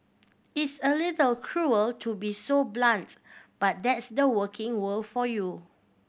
it's a little cruel to be so blunts but that's the working world for you